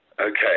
Okay